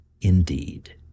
indeed